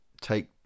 Take